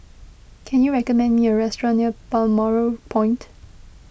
can you recommend me a restaurant near Balmoral Point